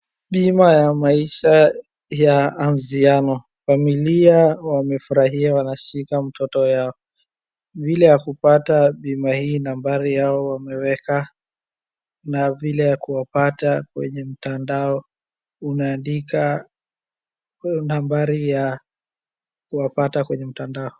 Bima ya maisha ya Anziano. Familia wamefurahia wanashika mtoto yao. Vile ya kupata bima hii, nambari yao wameweka na vile ya kuwapata kwenye mtandao, unaandika nambari ya kuwapata kwenye mtandao.